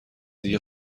دیگه